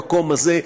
המקום הזה,